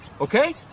okay